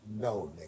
No